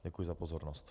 Děkuji za pozornost.